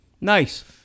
Nice